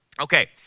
okay